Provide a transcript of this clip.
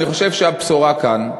אני חושב שהבשורה כאן,